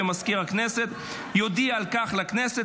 ומזכיר הכנסת יודיע על כך לכנסת